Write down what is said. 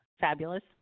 Fabulous